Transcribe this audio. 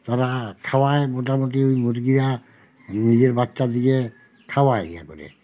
তারা খাওয়ায় মোটামুটি ওই মুরগিরা নিজের বাচ্চা দিয়ে খাওয়ায় ইয়ে করে